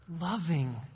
loving